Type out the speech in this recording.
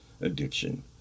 addiction